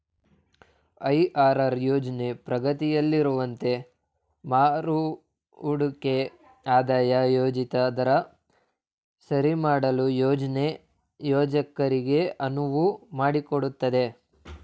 IRR ಯೋಜ್ನ ಪ್ರಗತಿಯಲ್ಲಿರುವಂತೆ ಮರುಹೂಡಿಕೆ ಆದಾಯ ಯೋಜಿತ ದರ ಸರಿಮಾಡಲು ಯೋಜ್ನ ಯೋಜಕರಿಗೆ ಅನುವು ಮಾಡಿಕೊಡುತ್ತೆ